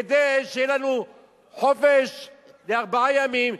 כדי שיהיה לנו חופש ארבעה ימים,